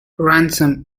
ransom